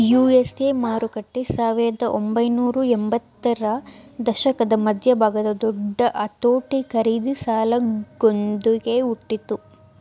USA ಮಾರುಕಟ್ಟೆ ಸಾವಿರದ ಒಂಬೈನೂರ ಎಂಬತ್ತರ ದಶಕದ ಮಧ್ಯಭಾಗದ ದೊಡ್ಡ ಅತೋಟಿ ಖರೀದಿ ಸಾಲಗಳೊಂದ್ಗೆ ಹುಟ್ಟಿತು